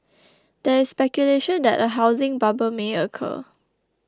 there is speculation that a housing bubble may occur